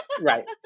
right